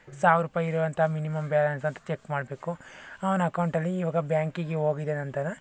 ಸಾವ್ರ ರೂಪಾಯಿ ಇರುವಂಥ ಮಿನಿಮಮ್ ಬ್ಯಾಲೆನ್ಸ್ ಅಂತ ಚೆಕ್ ಮಾಡಬೇಕು ಅವ್ನು ಅಕೌಂಟಲ್ಲಿ ಇವಾಗ ಬ್ಯಾಂಕಿಗೆ ಹೋಗಿದ್ದಾನೆ ಅಂತನ